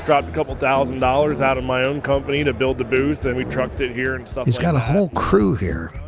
dropped a couple thousand dollars out of my own company to build the booth and we trucked it here, and um he's got a whole crew here,